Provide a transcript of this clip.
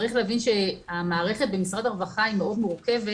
צריך להבין שהמערכת במשרד הרווחה היא מאוד מורכבת,